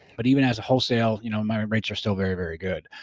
but even as a wholesale you know my rates are still very very good.